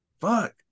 Fuck